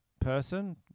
person